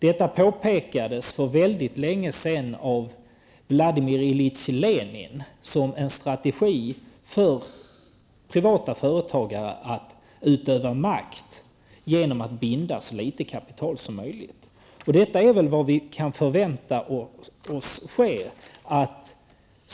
Detta påpekades för länge sedan av Vladimir Ilitj Lenin som en strategi för privata företagare att utöva makt genom att binda så litet kapital som möjligt. Det är väl vad också vi har att förvänta oss.